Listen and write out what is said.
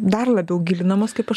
dar labiau gilinamos kaip aš